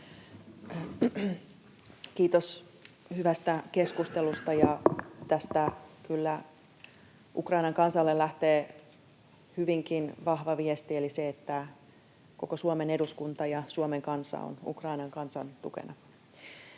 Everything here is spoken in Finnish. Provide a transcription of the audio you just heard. Kiitos hyvästä keskustelusta. Tästä kyllä Ukrainan kansalle lähtee hyvinkin vahva viesti eli se, että koko Suomen eduskunta ja Suomen kansa on Ukrainan kansan tukena.